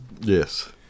Yes